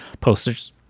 posters